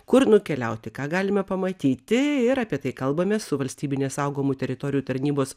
kur nukeliauti ką galime pamatyti ir apie tai kalbamės su valstybinės saugomų teritorijų tarnybos